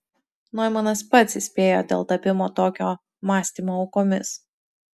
noimanas pats įspėjo dėl tapimo tokio mąstymo aukomis